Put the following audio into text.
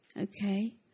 Okay